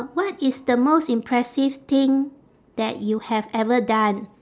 what is the most impressive thing that you have ever done